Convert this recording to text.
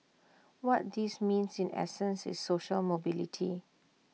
what this means in essence is social mobility